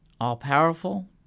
all-powerful